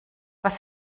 was